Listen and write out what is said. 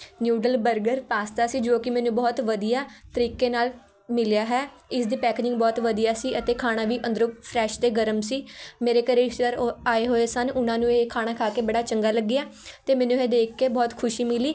noodle burger pasta ਸੀ ਜੋ ਕਿ ਮੈਨੂੰ ਬਹੁਤ ਵਧੀਆ ਤਰੀਕੇ ਨਾਲ ਮਿਲਿਆ ਹੈ ਇਸ ਦੀ ਪੈਕਜਿੰਗ ਬਹੁਤ ਵਧੀਆ ਸੀ ਅਤੇ ਖਾਣਾ ਵੀ ਅੰਦਰੋਂ ਫਰੈੱਸ਼ ਅਤੇ ਗਰਮ ਸੀ ਮੇਰੇ ਘਰ ਰਿਸ਼ਤੇਦਾਰ ਆਏ ਹੋਏ ਸਨ ਉਹਨਾਂ ਨੂੰ ਇਹ ਖਾਣਾ ਖਾ ਕੇ ਬੜਾ ਚੰਗਾ ਲੱਗਿਆ ਅਤੇ ਮੈਨੂੰ ਇਹ ਦੇਖ ਕੇ ਬਹੁਤ ਖੁਸ਼ੀ ਮਿਲੀ